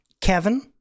Kevin